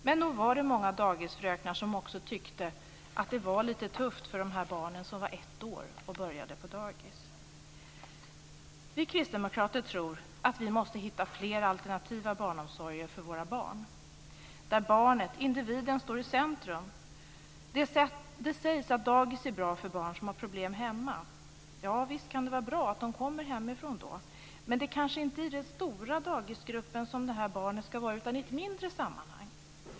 Men nog var det många dagisfröknar som också tyckte att det var lite tufft för de barn som var ett år och som började på dagis. Vi kristdemokrater tror att vi måste hitta flera alternativa barnomsorgsformer för våra barn där barnet, individen, står i centrum. Det sägs att dagis är bra för barn som har problem hemma. Ja, visst kan det vara bra att de kommer hemifrån. Men det kanske inte är i den stora dagisgruppen som de här barnen ska vara utan i ett mindre sammanhang.